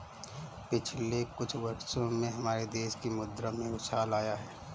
पिछले कुछ वर्षों में हमारे देश की मुद्रा में उछाल आया है